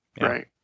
Right